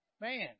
man